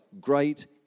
great